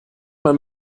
man